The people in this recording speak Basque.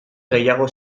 gehiago